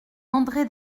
andré